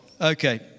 Okay